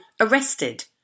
arrested